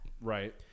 Right